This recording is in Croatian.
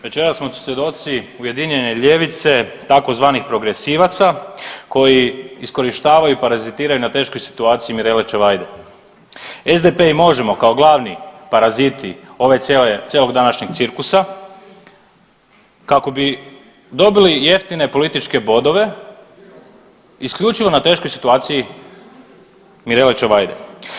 Večeras smo svjedoci ujedinjene ljevice tzv. progresivaca koji iskorištavaju i parazitiraju na teškoj situaciji Mirele Čavajde, SDP i Možemo! kao glavni paraziti ove cijele, cijelog današnjeg cirkusa kako bi dobili jeftine političke bodove isključivo na teškoj situaciji Mirele Čavajde.